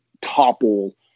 topple